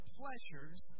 pleasures